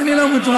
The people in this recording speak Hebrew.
אני לא מוטרד.